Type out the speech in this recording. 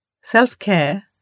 Self-care